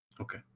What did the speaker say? Okay